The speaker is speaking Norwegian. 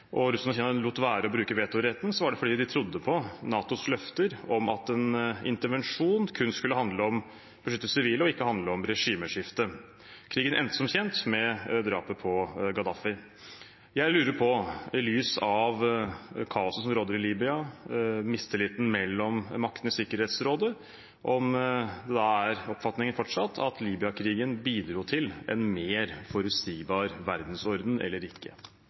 og Russland og Kina lot være å bruke vetoretten, var det fordi de trodde på NATOs løfter om at en intervensjon kun skulle handle om å beskytte sivile og ikke handle om regimeskifte. Krigen endte som kjent med drapet på Gadaffi. Jeg lurer på, i lys av kaoset som råder i Libya og mistilliten mellom maktene i Sikkerhetsrådet, om oppfatningen fortsatt er at Libya-krigen bidro til en mer forutsigbar verdensorden – eller ikke.